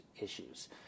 issues